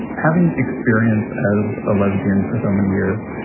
having experience as a lesbian for so many years